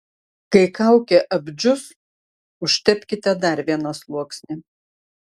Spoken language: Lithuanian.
kai kaukė apdžius užtepkite dar vieną sluoksnį